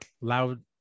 loud